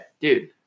dude